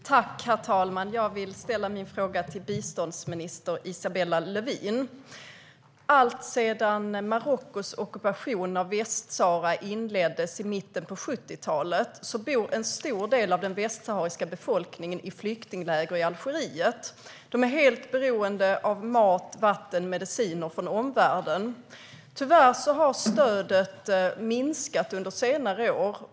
Herr talman! Jag vill ställa min fråga till biståndsminister Isabella Lövin. Alltsedan Marockos ockupation av Västsahara inleddes i mitten av 70-talet bor en stor del av den västsahariska befolkningen i flyktingläger i Algeriet. De är helt beroende av mat, vatten och mediciner från omvärlden. Tyvärr har stödet minskat under senare år.